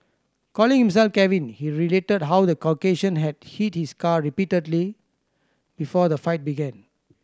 calling himself Kevin he related how the Caucasian had hit his car repeatedly before the fight began